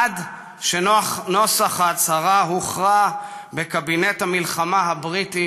עד שנוסח ההצהרה הוכרע בקבינט המלחמה הבריטי